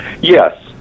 Yes